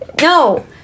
No